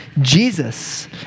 Jesus